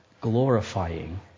glorifying